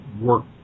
work